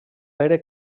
pere